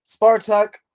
Spartak